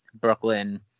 Brooklyn